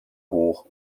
hoch